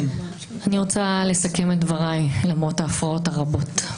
רבותיי בוקר טוב.